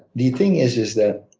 the thing is is that